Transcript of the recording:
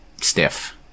stiff